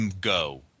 go